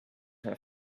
her